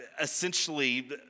essentially